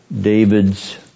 David's